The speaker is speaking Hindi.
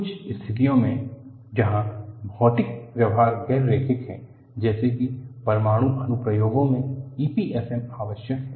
कुछ स्थितियों में जहां भौतिक व्यवहार गैर रैखिक है जैसे कि परमाणु अनुप्रयोगों में EPFM आवश्यक है